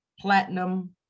Platinum